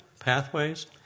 pathways